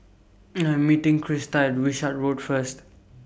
I Am meeting Krista At Wishart Road First